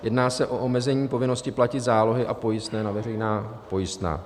Jedná se o omezení povinnosti platit zálohy a pojistné na veřejná pojistná.